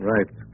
Right